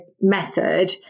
method